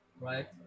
right